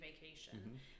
vacation